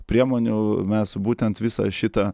priemonių mes būtent visą šitą